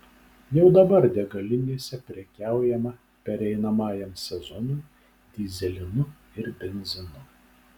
jau dabar degalinėse prekiaujama pereinamajam sezonui dyzelinu ir benzinu